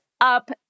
up